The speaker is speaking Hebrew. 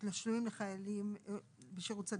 תשלומים לחיילים בשירות סדיר.